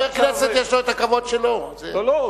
לא, לא.